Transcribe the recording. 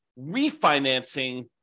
refinancing